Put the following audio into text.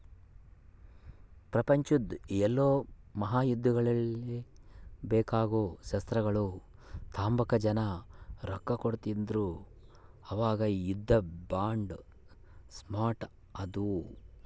ಪ್ರಪಂಚುದ್ ಎಲ್ಡೂ ಮಹಾಯುದ್ದಗುಳ್ಗೆ ಬೇಕಾಗೋ ಶಸ್ತ್ರಗಳ್ನ ತಾಂಬಕ ಜನ ರೊಕ್ಕ ಕೊಡ್ತಿದ್ರು ಅವಾಗ ಯುದ್ಧ ಬಾಂಡ್ ಸ್ಟಾರ್ಟ್ ಆದ್ವು